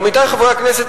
עמיתי חברי הכנסת,